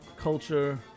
culture